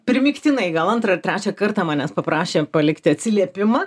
primygtinai gal antrą ar trečią kartą manęs paprašė palikti atsiliepimą